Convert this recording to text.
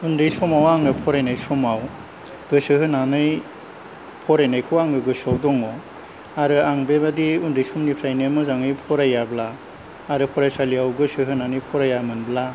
उन्दै समाव आङो फरायनाय समाव गोसो होनानै आङो फरायनायखौ आङो गोसोआव दङ आरो आङो बेबायदि उन्दै समनिफ्रायनो मोजाङै फरायाब्ला आरो फरायसालियाव गोसो होनानै फरायामोनब्ला